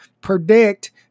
predict